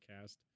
cast